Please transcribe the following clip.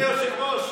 אדוני היושב-ראש,